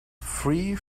three